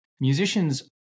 musicians